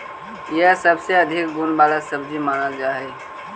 यह सबसे अधिक गुण वाला सब्जी मानल जा हई